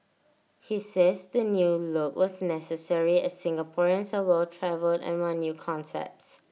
he says the new look was necessary as Singaporeans are well travelled and want new concepts